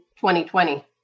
2020